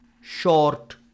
short